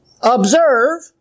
observe